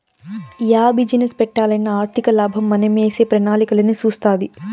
yeah business పెట్టాలన్నా ఆర్థికలాభం మనమేసే ప్రణాళికలన్నీ సూస్తాది